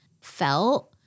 felt